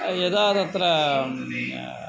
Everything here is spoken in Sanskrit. यदा तत्र